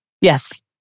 Yes